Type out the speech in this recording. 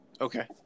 okay